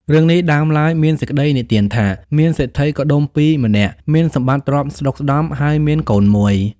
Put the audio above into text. រឿងនេះ ដើមឡើយមានសេចក្ដីនិទានថា មានសេដ្ឋីកុដុម្ពីក៏ម្នាក់ មានសម្បត្ដិទ្រព្យស្ដុកស្ដម្ភ ហើយមានកូនមួយ